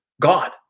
God